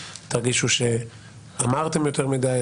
תרגישו שאמרתם יותר מדיי,